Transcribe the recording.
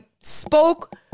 spoke